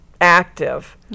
active